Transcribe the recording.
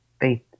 Faith